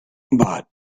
but